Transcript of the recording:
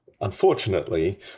unfortunately